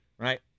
Right